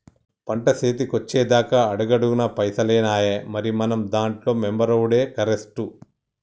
పంట సేతికొచ్చెదాక అడుగడుగున పైసలేనాయె, మరి మనం దాంట్ల మెంబరవుడే కరెస్టు